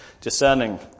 discerning